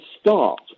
start